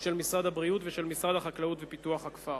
של משרד הבריאות ושל משרד החקלאות ופיתוח הכפר.